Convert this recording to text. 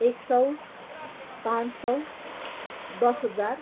एक सय पाँच सय दस हजार